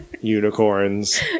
unicorns